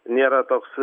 nėra toks